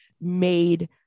made